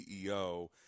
CEO